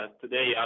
Today